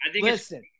Listen